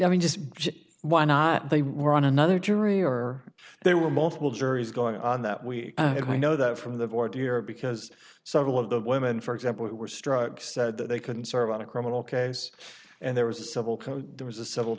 i mean just why not they were on another jury or there were multiple juries going on that week and i know that from the board here because several of the women for example who were struck said that they couldn't serve on a criminal case and there was a civil code there was a civil